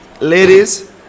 Ladies